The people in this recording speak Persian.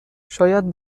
شاید